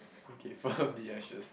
okay from the ashes